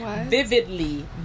vividly